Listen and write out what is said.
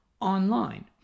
online